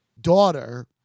daughter